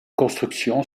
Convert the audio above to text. construction